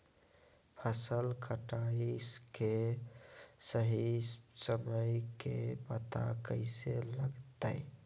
फसल कटाई के सही समय के पता कैसे लगते?